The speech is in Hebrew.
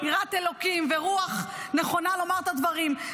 יראת אלוקים ורוח נכונה לומר את הדברים.